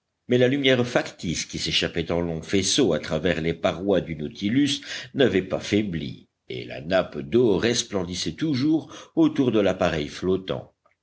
mais la lumière factice qui s'échappait en longs faisceaux à travers les parois du nautilus n'avait pas faibli et la nappe d'eau resplendissait toujours autour de l'appareil flottant